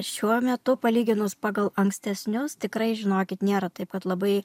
šiuo metu palyginus pagal ankstesnius tikrai žinokit nėra taip kad labai